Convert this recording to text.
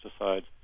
pesticides